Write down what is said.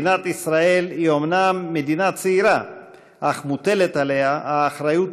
מדינת ישראל היא אומנם מדינה צעירה אך מוטלת עליה האחריות